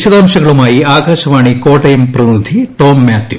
വിശദാംശങ്ങളുമായി ആകാശവാണി കോട്ടയം പ്രതിനിധി ടോം മാത്യു